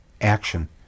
Action